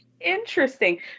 Interesting